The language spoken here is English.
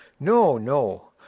no, no!